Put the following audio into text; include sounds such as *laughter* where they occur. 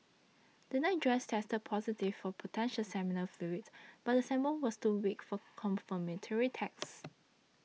the nightdress tested positive for potential seminal fluids but the sample was too weak for confirmatory tests *noise*